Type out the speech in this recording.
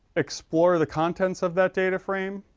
explore the contents of that data frame.